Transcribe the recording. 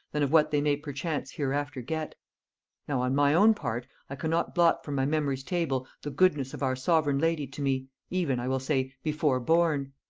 than of what they may perchance hereafter get now, on my own part, i cannot blot from my memory's table the goodness of our sovereign lady to me, even, i will say, before born.